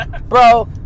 Bro